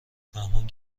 فهموند